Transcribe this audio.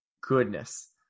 goodness